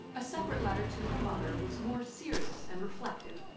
a separate letter to her mother was more serious and reflective.